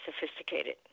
sophisticated